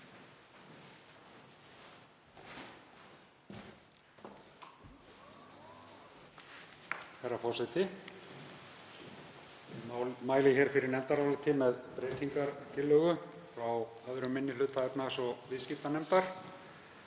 Herra forseti. Ég mæli hér fyrir nefndaráliti með breytingartillögu frá 2. minni hluta efnahags- og viðskiptanefndar.